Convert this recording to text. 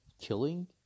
killing